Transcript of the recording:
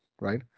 right